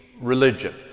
religion